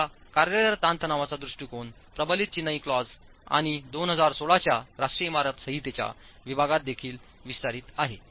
या कार्यरत ताणतणावाचा दृष्टीकोन प्रबलित चिनाई क्लॉज आणि 2016 च्या राष्ट्रीय इमारत संहितेच्या विभागात देखील विस्तारित आहे